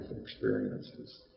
experiences